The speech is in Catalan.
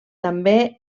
també